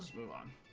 go on